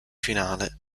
finale